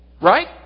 Right